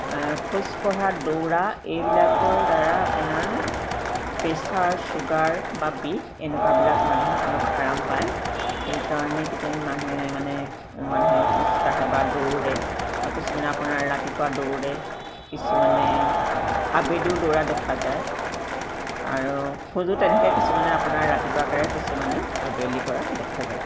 খোজকঢ়া দৌৰা এইবিলাকৰ দ্বাৰা আপোনাৰ প্ৰেছাৰ ছুগাৰ বা বিষ এনেকুৱাবিলাক মানুহে অলপ আৰাম পায় সেইকাৰণে কিজানি মানুহে মানে মানুহে খোজকাঢ়ে বা দৌৰে বা কিছুমানে আপোনাৰ ৰাতিপুৱা দৌৰে কিছুমানে আবেলিও দৌৰা দেখা যায় আৰু খোজো তেনেকৈ কিছুমানে আপোনাৰ ৰাতিপুৱা কাঢ়ে কিছুমানে আবেলি কঢ়া দেখা যায়